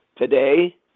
Today